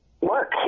work